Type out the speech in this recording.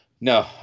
No